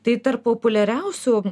tai tarp populiariausių